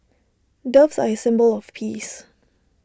doves are A symbol of peace